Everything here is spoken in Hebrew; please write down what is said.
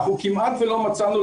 כמעט ולא מצאנו,